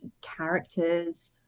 characters